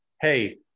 hey